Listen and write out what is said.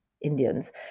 Indians